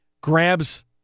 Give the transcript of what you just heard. grabs